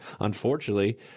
unfortunately